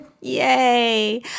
Yay